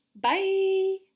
Bye